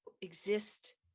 exist